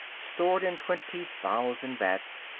stored in twenty thousand vats,